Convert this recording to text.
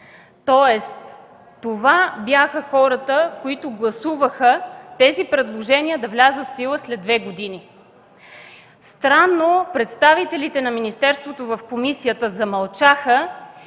Тоест това бяха хората, които гласуваха тези предложения да влязат в сила след две години. Странно представителите на министерството в комисията замълчаха